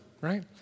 right